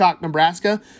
Nebraska